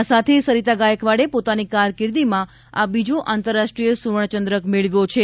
આ સાથે સરીતા ગાયકવાડે પોતાની કારકીર્દિમાં આ બીજો આંતરરાષ્ટ્રીય સુવર્ણ ચંદ્રક મેળવ્યો છે